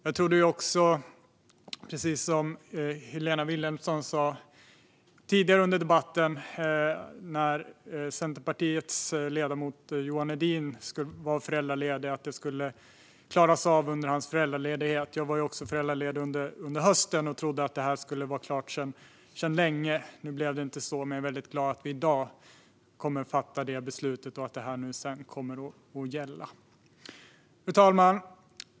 Jag trodde, i likhet med vad Helena Vilhelmsson sa tidigare under debatten, att detta skulle klaras av under Centerpartiets ledamot Johan Hedins föräldraledighet. Jag var också föräldraledig under hösten och trodde att det här skulle vara klart sedan länge. Nu blev det inte så, men jag är väldigt glad att vi i dag kommer att fatta detta beslut och att det sedan kommer att gälla. Fru talman!